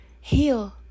heal